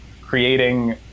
creating